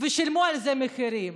ושילמו על זה מחירים.